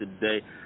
today